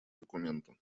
документа